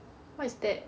what is that